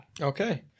okay